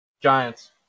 Giants